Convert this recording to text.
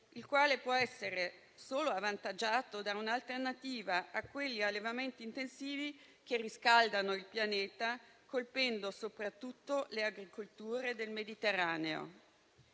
il quale può essere solo avvantaggiato da un'alternativa a quegli allevamenti intensivi che riscaldano il pianeta, colpendo soprattutto le agricolture del Mediterraneo.